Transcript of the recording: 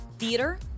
Theater